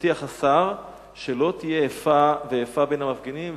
הבטיח השר שלא תהיה איפה ואיפה בין המפגינים.